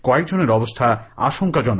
কয়েকজনের অবস্থা আশঙ্কাজনক